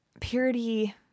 purity